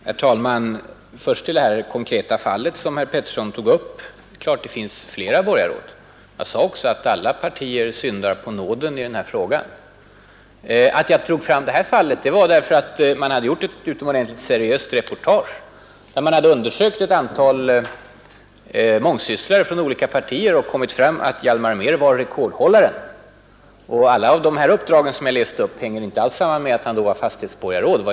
Herr talman! Först några ord med anledning av det konkreta fall som herr Pettersson i Visby tog upp. Det är klart att det finns flera borgarråd, och jag sade också att alla partier syndar på nåden i denna fråga. Att jag tog fram just detta fall berodde på att ett utomordentligt seriöst reportage hade undersökt förhållandena för ett antal mångsysslare från olika partier. Då hade man kommit fram till att Hjalmar Mehr var rekordhållaren i detta avseende. Alla de uppdrag som jag räknade upp hade inte alls samband med att han var fastighetsborgarråd.